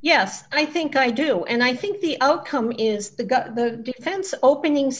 yes i think i do and i think the outcome is the gut the defense opening